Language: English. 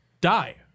die